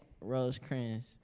Rosecrans